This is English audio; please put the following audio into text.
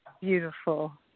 Beautiful